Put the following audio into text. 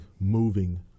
moving